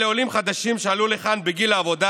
אלה עולים חדשים שעלו לכאן בגיל העבודה